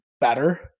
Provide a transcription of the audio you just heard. better